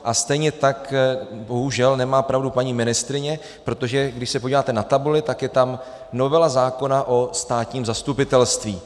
A stejně tak bohužel nemá pravdu paní ministryně, protože když se podíváte na tabuli, tak je tam novela zákona o státním zastupitelství.